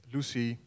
Lucy